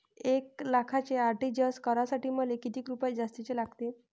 एक लाखाचे आर.टी.जी.एस करासाठी मले कितीक रुपये जास्तीचे लागतीनं?